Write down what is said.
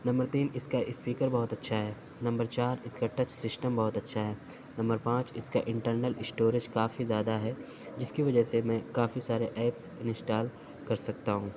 number تین اِس کا اسپیکر بہت اچھا ہے نمبر چار اِس کا ٹچ سسٹم بہت اچھا ہے نمبر پانچ اِس کا انٹرنل اسٹوریج کافی زیادہ ہے جس کی وجہ سے میں کافی سارے ایپس انسٹال کرسکتا ہوں